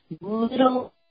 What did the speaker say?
little